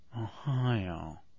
Ohio